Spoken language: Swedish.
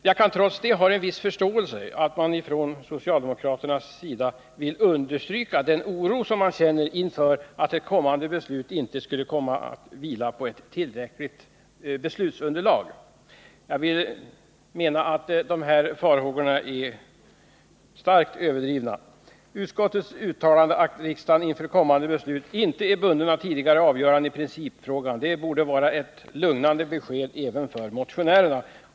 Jag har trots det en viss förståelse för att man från socialdemokratisk sida vill understryka den oro man känner för att ett kommande beslut inte skulle vila på ett tillräckligt underlag, men jag menar att dessa farhågor är starkt överdrivna. Utskottets uttalande att riksdagen inför kommande beslut inte är bunden av tidigare avgöranden i principfrågan borde vara ett lugnande besked även för motionärerna.